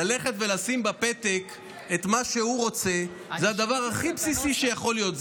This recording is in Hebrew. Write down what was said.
ללכת ולשים בפתק את מה שהוא רוצה היא הדבר הכי בסיסי שיכול להיות,